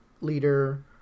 leader